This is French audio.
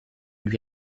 lui